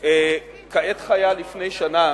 אדוני היושב-ראש, לפני שנה